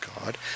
God